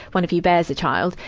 one of you bears the child,